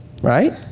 Right